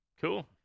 Cool